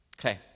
Okay